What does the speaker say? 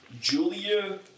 Julia